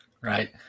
Right